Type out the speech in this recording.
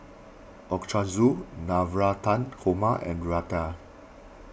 Navratan Korma and Raita